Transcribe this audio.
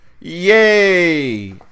Yay